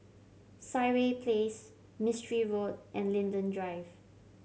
Sireh Place Mistri Road and Linden Drive